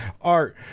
art